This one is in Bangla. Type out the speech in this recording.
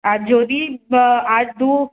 আর যদি আর দু